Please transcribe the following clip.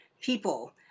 people